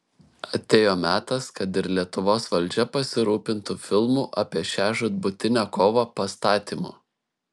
atėjo metas kad ir lietuvos valdžia pasirūpintų filmų apie šią žūtbūtinę kovą pastatymu